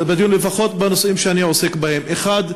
לפחות בנושאים שאני עוסק בהם: אחד,